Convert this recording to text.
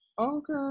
okay